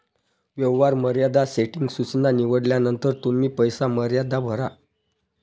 व्यवहार मर्यादा सेटिंग सूचना निवडल्यानंतर तुम्ही पैसे मर्यादा भरा